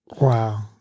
Wow